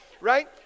right